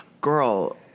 Girl